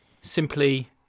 simply